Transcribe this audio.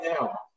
now